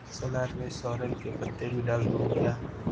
सलाद में सॉरेल के पत्ते भी डाल दूं क्या?